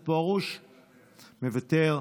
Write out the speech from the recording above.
פרוש, מוותר,